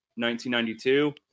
1992